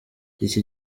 iki